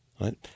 Right